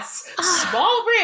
small